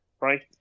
right